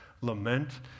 Lament